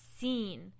seen